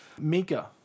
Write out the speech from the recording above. Mika